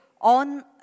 on